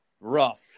rough